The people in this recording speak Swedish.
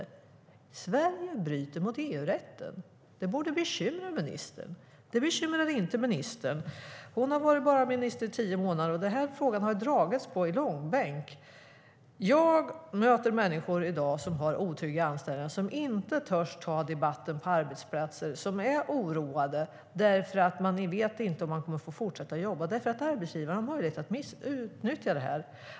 Att Sverige bryter mot EU-rätten borde bekymra ministern. Men det bekymrar inte ministern. Hon har bara varit minister i tio månader, och denna fråga har dragits i långbänk. Jag möter människor som har otrygga anställningar och inte törs ta debatten på arbetsplatsen. De är oroade eftersom de inte vet om de får fortsätta jobba, för arbetsgivaren har rätt att utnyttja det.